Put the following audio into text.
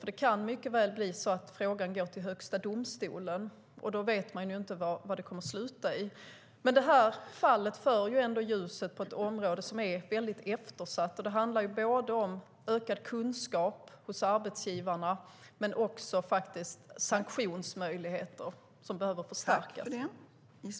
Frågan kan mycket väl gå till Högsta domstolen. Då vet man inte hur det kommer att sluta. Men detta fall sätter ändå ljuset på ett område som är mycket eftersatt. Det handlar både om ökad kunskap hos arbetsgivarna och om sanktionsmöjligheterna som behöver förstärkas.